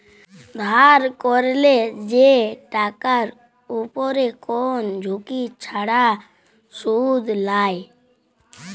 ধার ক্যরলে যে টাকার উপরে কোন ঝুঁকি ছাড়া শুধ লায়